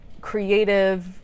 creative